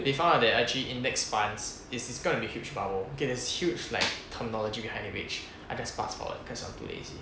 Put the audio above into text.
they found out that actually index funds is is gonna be huge bubble get as huge like terminology high leverage I just fast forward cause I'm too lazy